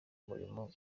murimo